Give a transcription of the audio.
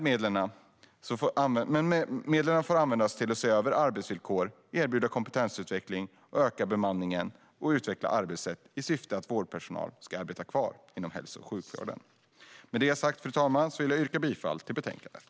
Medlen får användas till att se över arbetsvillkor, erbjuda kompetensutveckling, öka bemanningen och utveckla arbetssätt i syfte att vårdpersonal ska arbeta kvar inom hälso och sjukvården. Fru talman! Jag yrkar bifall till förslaget i betänkandet.